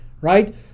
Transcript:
right